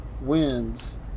wins